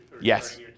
Yes